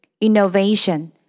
innovation